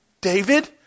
David